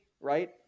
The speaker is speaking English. right